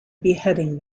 beheading